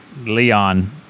Leon